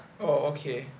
okay